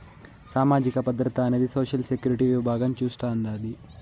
సామాజిక భద్రత అనేది సోషల్ సెక్యూరిటీ విభాగం చూస్తాండాది